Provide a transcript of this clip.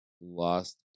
Lost